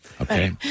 Okay